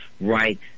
right